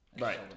right